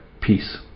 Peace